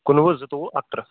کُنوُہ زٕتووُہ اَکترٕہ